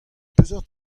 peseurt